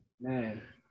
Man